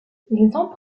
empruntent